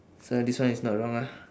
so this one is not wrong ah